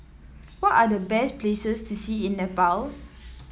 what are the best places to see in Nepal